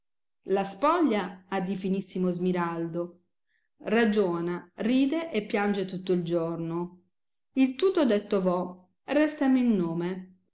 la spoglia ha di finissimo smiraldo ragiona ride e piange tutto il giorno il tutto detto v ho restami il nome